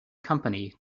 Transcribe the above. company